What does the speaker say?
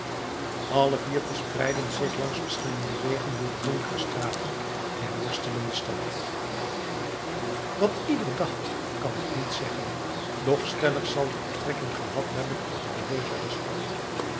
alle vier verspreidden zich langs verschillende wegen door de donkere straten der worstelende stad wat ieder dacht kan ik niet zeggen doch stellig zal het betrekking gehad hebben op de belegerde stad